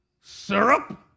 Syrup